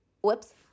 Whoops